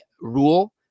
rule